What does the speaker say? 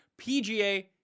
PGA